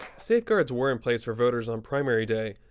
safeguards were in place for voters on primary day,